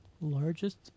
Largest